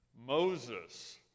Moses